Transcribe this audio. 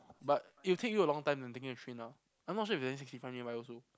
but it will take you a long time when taking the train lah I'm not sure if there's any sixty five nearby also